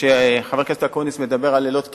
וכשחבר הכנסת אקוניס מדבר על לילות כימים,